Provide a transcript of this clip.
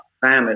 family